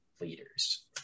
leaders